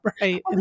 right